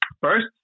First